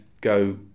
go